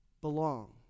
belong